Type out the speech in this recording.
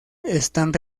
están